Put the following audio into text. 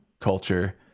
culture